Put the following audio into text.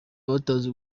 abatazi